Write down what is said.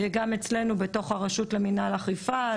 גם אצלנו בתוך הרשות למנהל אכיפה,